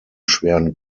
schweren